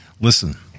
listen